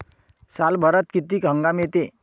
सालभरात किती हंगाम येते?